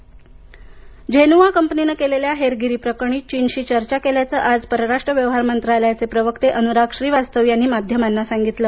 Zhenhua Zhenhua कंपनीने केलेल्या हेरगिरी प्रकरणी चीनशी चर्चा केल्याचं आज परराष्ट्र व्यवहार मंत्रालयाचे सचिव अनुराग श्रीवास्तव यांनी माध्यमांना सांगितलं